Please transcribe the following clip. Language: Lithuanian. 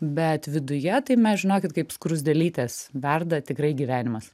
bet viduje tai mes žinokit kaip skruzdėlytės verda tikrai gyvenimas